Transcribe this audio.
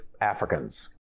Africans